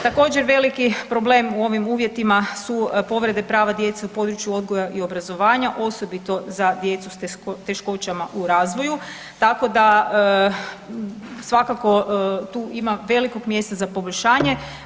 Također veliki problem u ovim uvjetima su povrede prava djece u području odgoja i obrazovanja osobito za djecu s teškoćama u razvoju, tako da svakako tu ima velikog mjesta za poboljšanje.